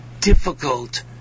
difficult